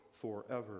forever